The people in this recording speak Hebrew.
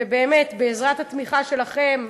ובאמת, בעזרת התמיכה שלכם,